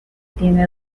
tiene